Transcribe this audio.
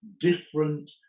different